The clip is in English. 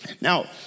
Now